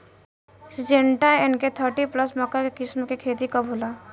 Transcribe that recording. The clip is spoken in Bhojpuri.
सिंजेंटा एन.के थर्टी प्लस मक्का के किस्म के खेती कब होला?